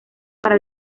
para